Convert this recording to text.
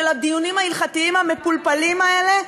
של הדיונים ההלכתיים המפולפלים האלה,